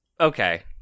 okay